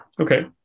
Okay